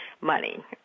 money